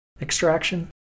extraction